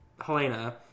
Helena